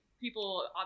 people